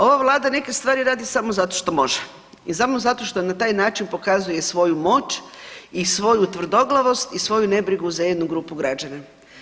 Ova Vlada neke stvari radi samo zato što može i samo zato što na taj način pokazuje svoju moć i svoju tvrdoglavost i svoju nebrigu za jednu grupu građana.